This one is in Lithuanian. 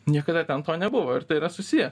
niekada ten to nebuvo ir tai yra susiję